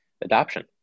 adoption